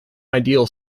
ideal